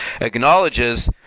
acknowledges